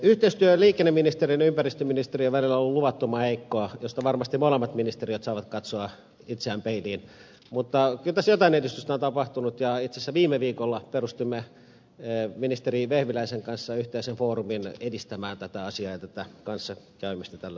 yhteistyö liikenneministeriön ja ympäristöministeriön välillä on ollut luvattoman heikkoa mistä syystä varmasti molemmat ministeriöt saavat katsoa itseään peiliin mutta kyllä tässä jotain edistystä on tapahtunut ja itse asiassa viime viikolla perustimme ministeri vehviläisen kanssa yhteisen foorumin edistämään tätä asiaa ja tätä kanssakäymistä tällä puolella